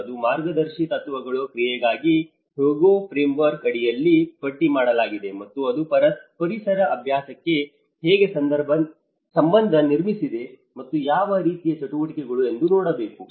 ಇದು ಮಾರ್ಗದರ್ಶಿ ತತ್ವಗಳ ಕ್ರಿಯೆಗಾಗಿ ಹ್ಯೊಗೊ ಫ್ರೇಮ್ವರ್ಕ್ ಅಡಿಯಲ್ಲಿ ಪಟ್ಟಿ ಮಾಡಲಾಗಿದೆ ಮತ್ತು ಅದು ಪರಿಸರ ಅಭ್ಯಾಸಕ್ಕೆ ಹೇಗೆ ಸಂಬಂಧ ನಿರ್ಮಿಸಿದೆ ಮತ್ತು ಯಾವ ರೀತಿಯ ಚಟುವಟಿಕೆಗಳು ಎಂದು ನೋಡಬೇಕು